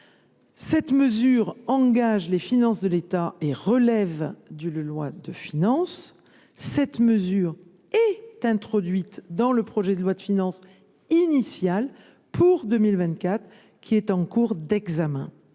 Cette mesure, qui engage les finances de l’État et relève d’une loi de finances, est introduite dans le projet de loi de finances initial pour 2024, qui est en cours d’examen.